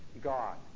God